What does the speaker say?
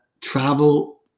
travel